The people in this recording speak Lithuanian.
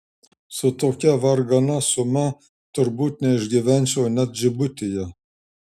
su tokia vargana suma turbūt neišgyvenčiau net džibutyje